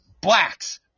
blacks